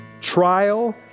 trial